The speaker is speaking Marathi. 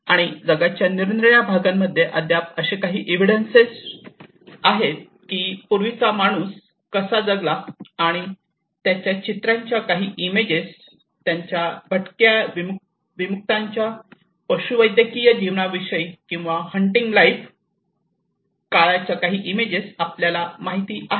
आणि जगाच्या निरनिराळ्या भागांमध्ये अद्याप असे काही एव्हिडन्स आहेत की पूर्वीचा माणूस कसा जगला आणि त्यांच्या चित्रांच्या काही इमेज त्यांच्या भटक्या विमुक्तांच्या पशुवैद्यकीय जीवनाविषयी किंवा हंटिंग लाईफ काळाच्या काही इमेजेस आपल्यास माहित आहेत